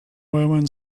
women